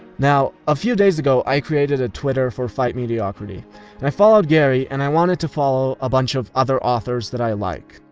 now, a few days ago i created a twitter for fightmediocrity, and i followed gary and i wanted to follow a bunch of other authors that i like.